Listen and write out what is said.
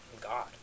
god